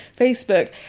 Facebook